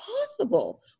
possible